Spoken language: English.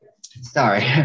sorry